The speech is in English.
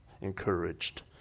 encouraged